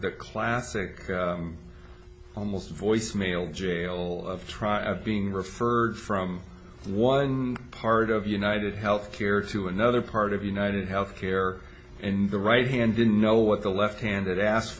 classic almost voice mail jail of try being referred from one part of united health care to another part of united health care and the right hand didn't know what the left hand asked